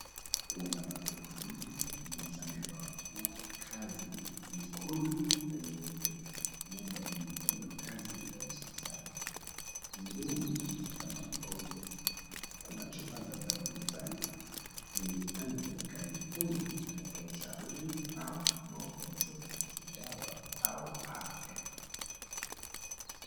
Wanawake wawili, mmoja amevaa nguo ya kazi nyekundu na nyeupe, labda yeye ni mfanyakazi wa hospitali. Mwingine ameketi kama mgonjwa. Kuna chupa za dawa mezani. Inawezekana mfanyikazi huyu anatoa ushauri au maelezo kuhusu dawa au afya.